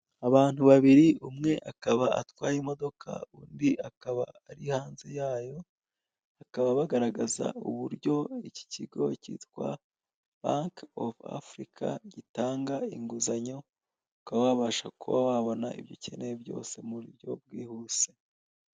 Abantu babiri umwe akaba atwaye imodoka undi akaba ari hanze yayo, bakaba bagaragaza uburyo iki kigo kitwa banke ofu Afurika gitanga inguzanyo ukaba wabasha kuba wabona ibyo ukeneye byose mu buryo bwihuse.